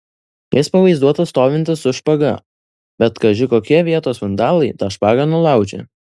jis pavaizduotas stovintis su špaga bet kaži kokie vietos vandalai tą špagą nulaužė